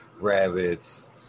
rabbits